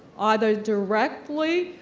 either directly,